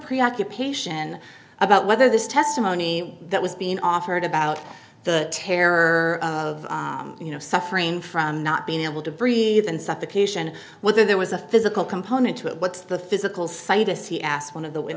preoccupation about whether this testimony that was being offered about the terror of you know suffering from not being able to breathe and suffocation whether there was a physical component to it what's the physical scientists he asked one of the